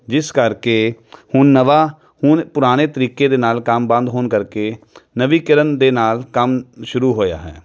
ਜਿਸ ਕਰਕੇ ਹੁਣ ਨਵਾਂ ਹੁਣ ਪੁਰਾਣੇ ਤਰੀਕੇ ਦੇ ਨਾਲ ਕੰਮ ਬੰਦ ਹੋਣ ਕਰਕੇ ਨਵੀਨੀਕਰਨ ਦੇ ਨਾਲ ਕੰਮ ਸ਼ੁਰੂ ਹੋਇਆ ਹੈ